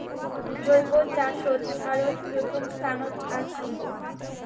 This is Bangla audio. জৈব চাষত ভারত প্রথম স্থানত আছি